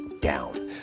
down